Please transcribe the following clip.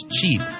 cheap